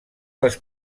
les